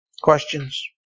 questions